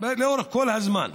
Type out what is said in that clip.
לאורך כל הזמן,